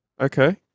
Okay